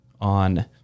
on